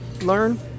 learn